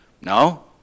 No